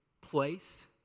place